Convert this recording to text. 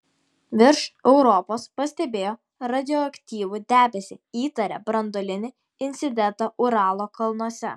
virš europos pastebėjo radioaktyvų debesį įtaria branduolinį incidentą uralo kalnuose